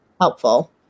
helpful